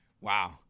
Wow